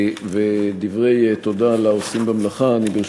דברי תודה לעושים במלאכה אני אומר,